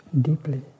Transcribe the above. deeply